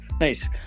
Nice